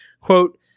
quote